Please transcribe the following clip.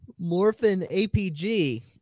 MorphinAPG